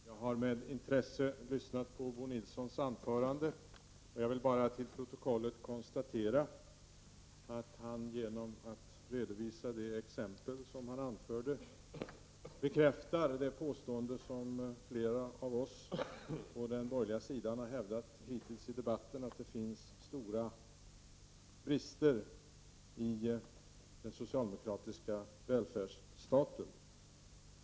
Herr talman! Jag har med intresse lyssnat till Bo Nilssons anförande och vill bara till protokollet få noterat att han med det exempel som han anförde bekräftar det påstående som flera av oss på den borgerliga sidan har hävdat i debatten, att det finns stora brister i den socialdemokratiska välfärdsstaten.